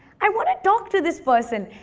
i want to talk to this person.